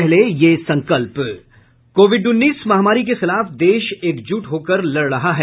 पहले ये संकल्प कोविड उन्नीस महामारी के खिलाफ देश एकजुट होकर लड़ रहा है